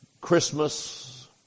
Christmas